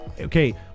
Okay